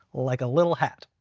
like a little hat.